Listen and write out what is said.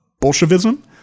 bolshevism